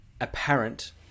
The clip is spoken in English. apparent